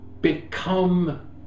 become